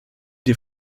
die